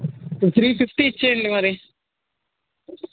three fifty ఇవ్వండి మరి